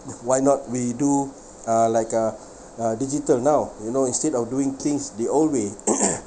why not we do uh like uh uh digital now you know instead of doing things the old way